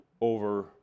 over